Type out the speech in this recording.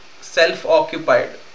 self-occupied